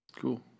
Cool